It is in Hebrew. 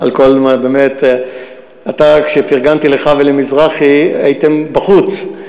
באמת, אתה, כשפרגנתי לך ולמזרחי, הייתם בחוץ,